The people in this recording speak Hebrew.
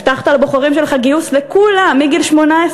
הבטחת לבוחרים שלך גיוס לכולם מגיל 18,